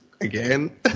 again